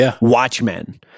Watchmen